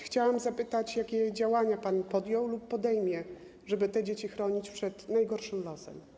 Chciałam zapytać, jakie działania pan podjął lub podejmie, żeby te dzieci chronić przed najgorszym losem.